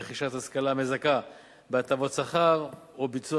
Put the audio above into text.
רכישת השכלה המזכה בהטבות שכר או ביצוע